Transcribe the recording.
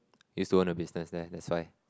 used to own a business there that's why